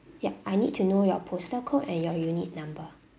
yup I need to know your postal code and your unit number